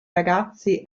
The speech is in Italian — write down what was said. ragazzi